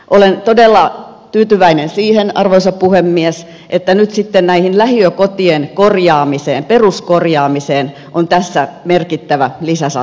olen todella tyytyväinen siihen arvoisa puhemies että nyt sitten näiden lähiökotien korjaamiseen peruskorjaamiseen on tässä merkittävä lisäsatsaus